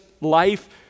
life